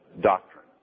doctrine